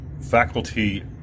faculty